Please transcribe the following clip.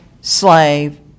slave